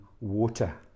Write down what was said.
water